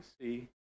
see